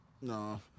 No